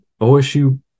osu